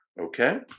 okay